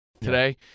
today